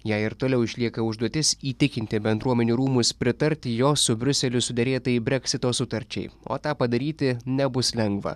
jai ir toliau išlieka užduotis įtikinti bendruomenių rūmus pritarti jos su briuseliu suderėtai breksito sutarčiai o tą padaryti nebus lengva